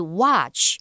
watch